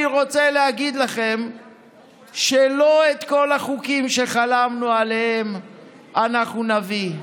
אני רוצה להגיד לכם שלא את כל החוקים שחלמנו עליהם אנחנו נביא,